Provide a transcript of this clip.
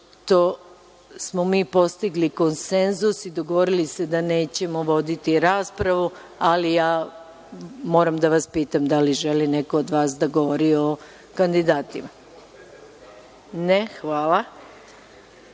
smo mi postigli konsenzus i dogovorili se da nećemo voditi raspravu, ali moram da vas pitam da li želi neko od vas da govori o kandidatima? (Ne.)Hvala